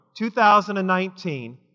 2019